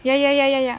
ya ya ya ya ya